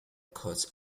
cuts